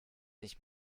nicht